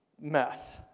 mess